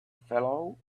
fellow